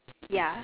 ya